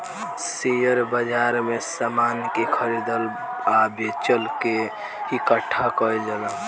share बाजार में समान के खरीदल आ बेचल के इकठ्ठा कईल जाला